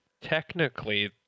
technically